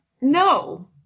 no